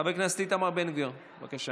חבר כנסת איתמר בן גביר, בבקשה,